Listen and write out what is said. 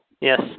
Yes